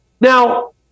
Now